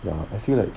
ya I feel like